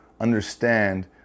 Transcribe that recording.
understand